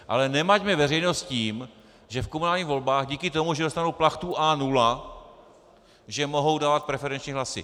Ale nemaťme veřejnost tím, že v komunálních volbách díky tomu, že dostanou plachtu A0, že mohou dát preferenční hlasy.